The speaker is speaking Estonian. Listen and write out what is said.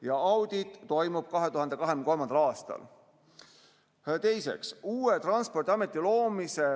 ja audit toimub 2023. aastal?" Teiseks: "Uue Transpordiameti loomise